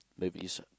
movies